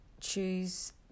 choose